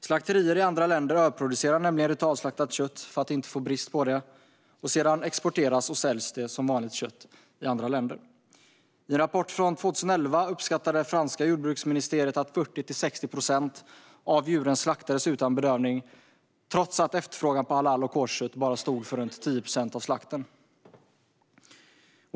Slakterier i andra länder överproducerar nämligen ritualslaktat kött för att inte få brist på det, och sedan exporteras och säljs det som vanligt kött i andra länder. I en rapport från 2011 uppskattade det franska jordbruksministeriet att 40-60 procent av djuren slaktades utan bedövning, trots att efterfrågan på halal och koscherkött bara stod för omkring 10 procent av slakten.